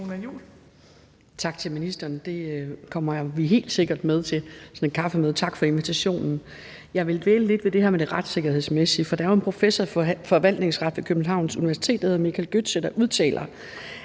Tak til ministeren. Vi kommer helt sikkert til sådan et kaffemøde – tak for invitationen. Jeg vil dvæle lidt ved det her med det retssikkerhedsmæssige, for der er jo en professor i forvaltningsret ved Københavns Universitet, der hedder Michael Götzsche, der udtaler,